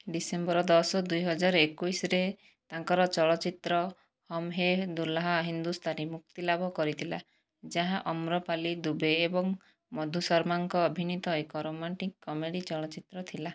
December ଦଶ ଦୁଇହଜାର ଏକୋଇଶରେ ତାଙ୍କର ଚଳଚ୍ଚିତ୍ର ହମ୍ ହେ ଦୁହ୍ଲା ହିନ୍ଦୁସ୍ତାନୀ ମୁକ୍ତିଲାଭ କରିଥିଲା ଯାହା ଅମ୍ରପାଲି ଦୁବେ ଏବଂ ମଧୁ ଶର୍ମାଙ୍କ ଅଭିନୀତ ଏକ ରୋମାଣ୍ଟିକ୍ କମେଡ଼ି ଚଳଚ୍ଚିତ୍ର ଥିଲା